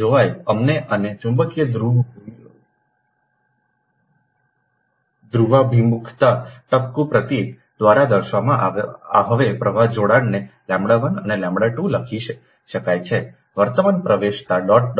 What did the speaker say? જોવાઈ અમને અને ચુંબકીય ધ્રુવાભિમુખતા ટપકું પ્રતીક દ્વારા દર્શાવવામાં હવે પ્રવાહ જોડાણનેλ1 અનેλ2 લખી શકાય કે વર્તમાન પ્રવેશવા ડોટ ડોટ